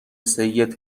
سید